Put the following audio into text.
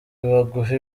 baguhe